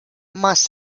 must